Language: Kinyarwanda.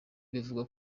bivugwa